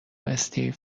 استیو